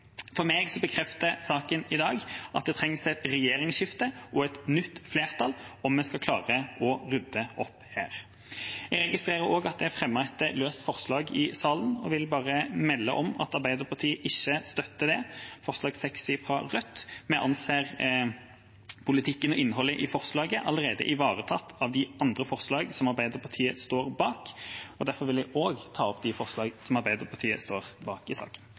For meg bekrefter saken i dag at det trengs et regjeringsskifte og et nytt flertall om vi skal klare å rydde opp her. Jeg registrerer også at det er fremmet et løst forslag i salen, og jeg vil bare melde om at Arbeiderpartiet ikke støtter det, forslag nr. 6, fra Rødt. Vi anser politikken og innholdet i forslaget som allerede ivaretatt av andre forslag som Arbeiderpartiet står bak. Derfor vil jeg også ta opp de forslag i saken som Arbeiderpartiet står bak.